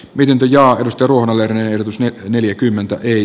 vikingin ja arvosteluun ehdotus neljäkymmentä eri